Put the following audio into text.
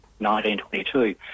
1922